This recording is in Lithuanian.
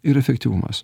ir efektyvumas